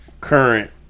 current